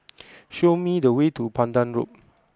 show me the way to Pandan Loop